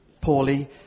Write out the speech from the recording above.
poorly